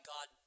God